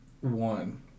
one